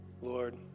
Lord